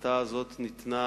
ההחלטה הזאת ניתנה